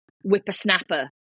whippersnapper